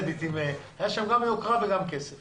הייתה שם גם יוקרה וגם כסף.